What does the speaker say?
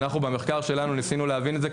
שאנחנו במחקר שלנו ניסינו להבין את זה,